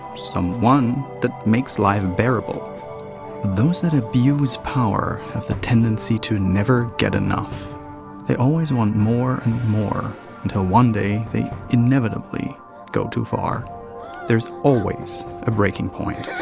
someone. that makes life bearable. but those that abuse power have the tendency to never get enough they always want more and more until one day, they, inevitably go too far there's always. a breaking point.